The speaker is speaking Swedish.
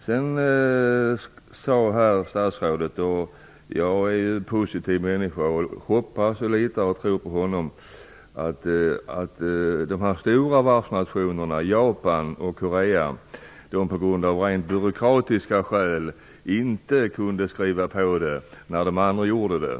Vidare sade statsrådet - och jag är en positiv människa, som tror på honom - att de stora varvsnationerna Japan och Sydkorea av rent byråkratiska skäl inte kunde skriva under avtalet när de andra gjorde det.